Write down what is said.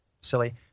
silly